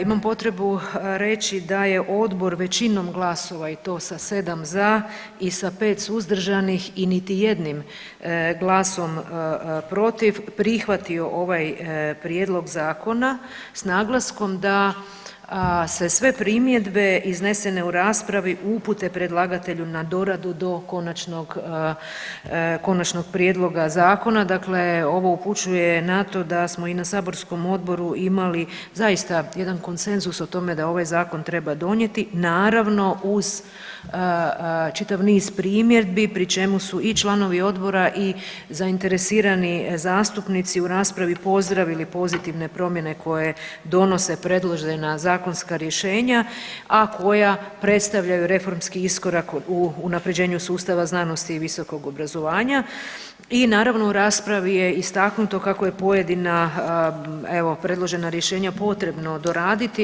Imam potrebu reći da je odbor većinom glasova i to sa 7 za i sa 5 suzdržanih i niti jednim glasom protiv prihvatio ovaj prijedlog zakona s naglaskom da se sve primjedbe iznesene u raspravi upute predlagatelju na doradu do konačnog, konačnog prijedloga zakona, dakle ovo upućuje na to da smo i na saborskom odboru imali zaista jedan konsenzus o tome da ovaj zakon treba donijeti naravno uz čitav niz primjedbi pri čemu su i članovi odbori i zainteresirani zastupnici u raspravi pozdravili pozitivne promjene koje donose predložena zakonska rješenja, a koja predstavljaju reformski iskorak u unaprjeđenju sustava znanosti i visokog obrazovanja i naravno u raspravi je istaknuto kako je pojedina evo predložena rješenja potrebno doraditi.